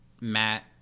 Matt